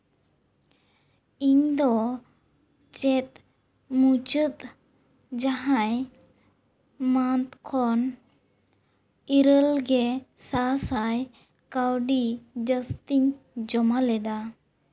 ᱤᱧ ᱫᱚ ᱪᱮᱫ ᱢᱩᱪᱟᱹᱫ ᱡᱟᱦᱟᱸᱭ ᱢᱟᱱᱛᱷ ᱠᱷᱚᱱ ᱮᱨᱟᱹᱞ ᱜᱮ ᱥᱟᱸᱥᱟᱭ ᱠᱟᱹᱣᱰᱤ ᱡᱟᱹᱥᱛᱤᱧ ᱡᱚᱢᱟ ᱞᱮᱫᱟ